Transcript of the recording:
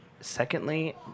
secondly